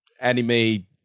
anime